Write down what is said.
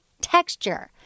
Texture